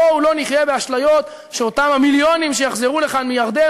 בואו לא נחיה באשליות שאותם מיליונים שיחזרו לכאן מירדן,